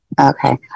Okay